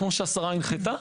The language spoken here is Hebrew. כמו שהשרה הנחתה,